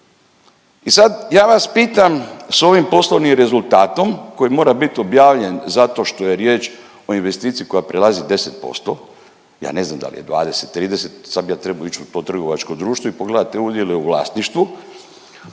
I sad ja vas pitam s ovim poslovnim rezultatom koji mora bit objavljen zato što je riječ o investiciji koja prelazi 10%. Ja ne znam da li je 20, 30, sad bi ja trebao ić u to trgovačko društvo i pogledat te udjele u vlasništvu,